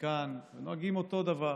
נוהגים אותו הדבר.